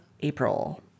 april